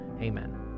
Amen